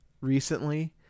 recently